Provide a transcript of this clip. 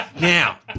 Now